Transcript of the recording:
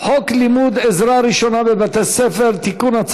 חוק לימוד עזרה ראשונה בבתי ספר (תיקון,